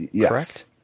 correct